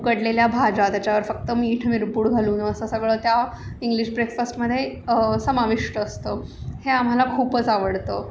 उकडलेल्या भाज्या त्याच्यावर फक्त मीठ मिरपूड घालून असं सगळं त्या इंग्लिश ब्रेकफास्टमध्ये समाविष्ट असतं हे आम्हाला खूपच आवडतं